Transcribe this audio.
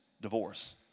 divorce